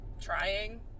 trying